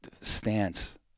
stance